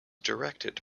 directed